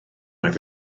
oedd